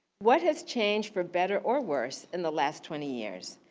what has changed for better or worse in the last twenty years?